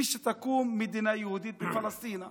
ושתקום מדינה יהודית בפלשתינה.